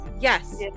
yes